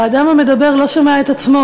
האדם המדבר לא שומע את עצמו.